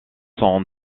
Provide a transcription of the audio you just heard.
son